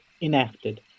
enacted